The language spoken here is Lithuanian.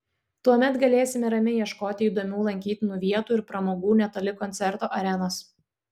tuomet galėsime ramiai ieškoti įdomių lankytinų vietų ir pramogų netoli koncerto arenos